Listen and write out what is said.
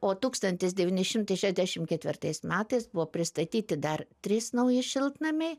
o tūkstantis devyni šimtai šešiasdešimt ketvirtais metais buvo pristatyti dar trys nauji šiltnamiai